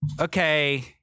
Okay